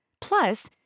Plus